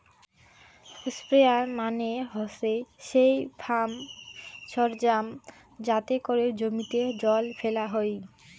sprayer মানে হসে সেই ফার্ম সরঞ্জাম যাতে করে জমিতে জল ফেলা হই